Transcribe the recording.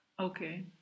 Okay